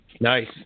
Nice